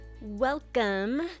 Welcome